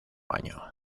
año